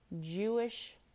Jewish